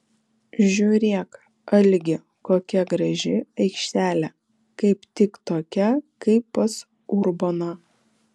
žiūrėk algi kokia graži aikštelė kaip tik tokia kaip pas urboną